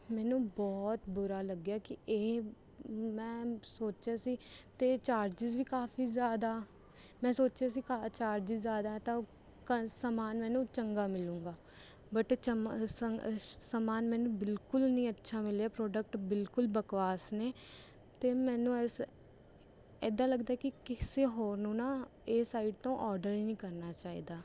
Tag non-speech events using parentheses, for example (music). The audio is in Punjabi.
ਮੈਨੂੰ ਬਹੁਤ ਬੁਰਾ ਲੱਗਿਆ ਕਿ ਇਹ ਮੈਂ ਸੋਚਿਆ ਸੀ ਅਤੇ ਚਾਰਜਿਸ ਵੀ ਕਾਫ਼ੀ ਜ਼ਿਆਦਾ ਮੈਂ ਸੋਚਿਆ ਸੀ (unintelligible) ਚਾਰਜਿਸ ਜ਼ਿਆਦਾ ਤਾਂ (unintelligible) ਸਮਾਨ ਮੈਨੂੰ ਚੰਗਾ ਮਿਲੂਗਾ ਬਟ (unintelligible) ਸਮਾਨ ਮੈਨੂੰ ਬਿਲਕੁਲ ਨਹੀਂ ਅੱਛਾ ਮਿਲਿਆ ਪ੍ਰੋਡਕਟ ਬਿਲਕੁਲ ਬਕਵਾਸ ਨੇ ਅਤੇ ਮੈਨੂੰ ਇਸ ਇੱਦਾਂ ਲੱਗਦਾ ਕਿ ਕਿਸੇ ਹੋਰ ਨੂੰ ਨਾ ਇਹ ਸਾਈਟ ਤੋਂ ਆਰਡਰ ਹੀ ਨਹੀਂ ਕਰਨਾ ਚਾਹੀਦਾ